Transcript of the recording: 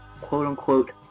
quote-unquote